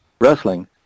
wrestling